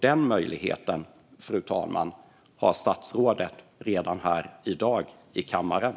Den möjligheten, fru talman, har statsrådet redan här i dag i kammaren.